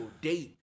date